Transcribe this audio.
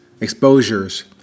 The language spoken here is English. exposures